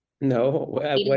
No